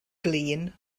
glin